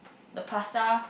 the pasta